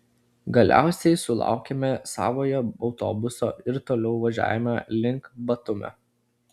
galiausiai sulaukėme savojo autobuso ir toliau važiavome link batumio